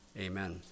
Amen